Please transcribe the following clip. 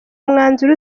umwanzuro